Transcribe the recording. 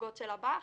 של הבא"ח.